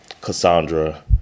Cassandra